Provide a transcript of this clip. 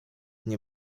nie